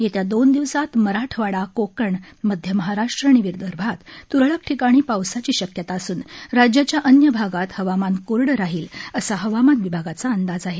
येत्या दोन दिवसांत मराठवाडा कोकण मध्य महाराष्ट्र आणि विदर्भात त्रळक ठिकाणी पावसाची शक्यता असून राज्याच्या अन्य भागात हवामान कोरडं राहील असा हवामान विभागाचा अंदाज आहे